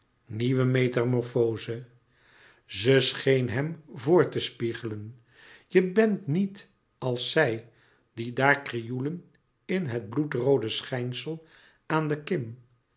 nieuwe metamorfoze ze scheen hem voor te spiegelen je bent niet als zij die daar krioelen in het bloedroode schijnsel aan de kim